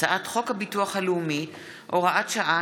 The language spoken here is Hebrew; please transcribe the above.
הצעת חוק הביטוח הלאומי (הוראת שעה,